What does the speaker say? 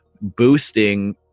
boosting